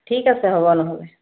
ঠিক আছে হ'ব নহ'লে